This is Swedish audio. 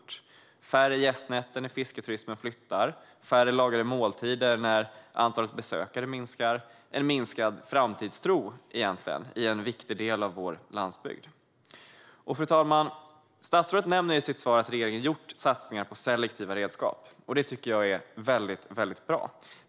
Det blir färre gästnätter när fisketurismen flyttar, färre lagade måltider när antalet besökare minskar och egentligen en minskad framtidstro i en viktig del av vår landsbygd. Fru talman! Statsrådet nämner i sitt svar att regeringen har gjort satsningar på selektiva redskap, och det tycker jag är väldigt bra.